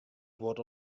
guod